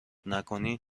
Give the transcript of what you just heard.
نکنی